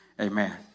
Amen